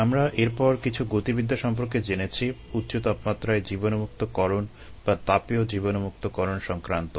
আমরা এরপর কিছু গতিবিদ্যা সম্পর্কে জেনেছি উচ্চ তাপমাত্রায় জীবাণুমুক্তকরণ বা তাপীয় জীবাণুমুক্তকরণ সংক্রান্ত